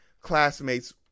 classmates